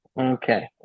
Okay